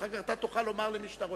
אחר כך תוכל לומר למי שאתה רוצה.